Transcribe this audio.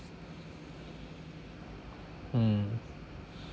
mm